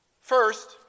First